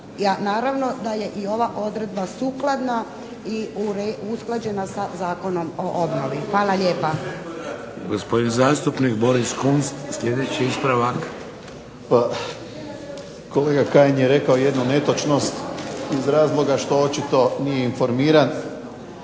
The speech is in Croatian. Naravno da je i ova odredba sukladna i usklađena sa Zakonom o obnovi. Hvala lijepa. **Šeks, Vladimir (HDZ)** Gospodin zastupnik Boris Kunst sljedeći ispravak. **Kunst, Boris (HDZ)** Pa kolega Kajin je rekao jednu netočnost iz razloga što očito nije informiran,